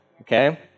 Okay